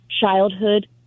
Childhood